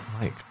Mike